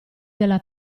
della